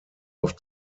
auf